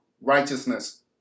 Righteousness